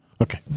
Okay